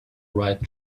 write